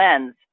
lens